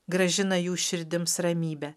grąžina jų širdims ramybę